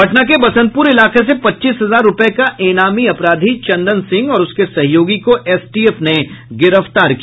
पटना के बसंतपुर इलाके से पच्चीस हजार रूपये का ईनामी अपराधी चंदन सिंह और उसके सहयोगी को एसटीएफ ने गिरफ्तार किया